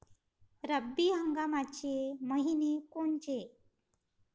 रब्बी हंगामाचे मइने कोनचे?